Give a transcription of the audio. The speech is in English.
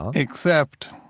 except,